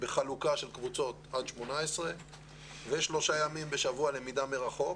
בחלוקה לקבוצות של עד 18 תלמידים ושלושה ימים בשבוע למידה מרחוק.